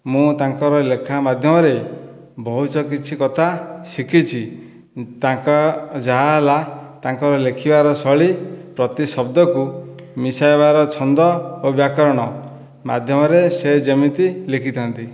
ମୁଁ ତାଙ୍କର ଲେଖା ମାଧ୍ୟମରେ ବହୁଚ କିଛି କଥା ଶିଖିଛି ତାଙ୍କ ଯାହା ହେଲା ତାଙ୍କର ଲେଖିବାର ଶୈଳୀ ପ୍ରତି ଶବ୍ଦକୁ ମିଶାଇବାର ଛନ୍ଦ ଓ ବ୍ୟାକରଣ ମାଧ୍ୟମରେ ସେ ଯେମିତି ଲେଖିଥାଆନ୍ତି